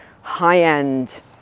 high-end